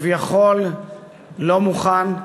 כביכול לא מוכן,